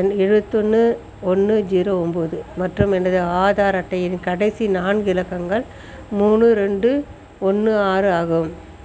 எண் எழுவத்தொன்று ஒன்று ஜீரோ ஒன்போது மற்றும் எனது ஆதார் அட்டையின் கடைசி நான்கு இலக்கங்கள் மூணு ரெண்டு ஒன்று ஆறு ஆகும்